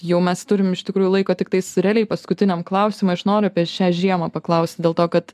jau mes turim iš tikrųjų laiko tiktais realiai paskutiniam klausimui aš noriu apie šią žiemą paklausti dėl to kad